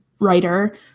writer